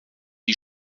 die